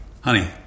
Honey